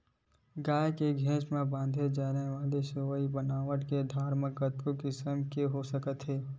गाय के घेंच म बांधे जाय वाले सोहई बनावट के आधार म कतको किसम के हो सकत हे